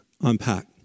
unpack